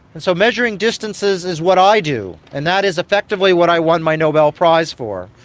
and so measuring distances is what i do, and that is effectively what i won my nobel prize for,